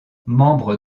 membre